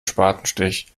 spatenstich